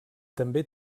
també